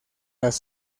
las